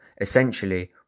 essentially